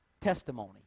testimony